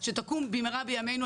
שתקום במהרה בימינו,